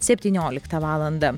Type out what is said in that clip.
septynioliktą valandą